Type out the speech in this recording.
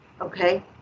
okay